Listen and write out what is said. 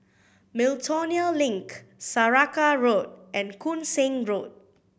Miltonia Link Saraca Road and Koon Seng Road